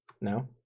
No